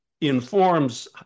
informs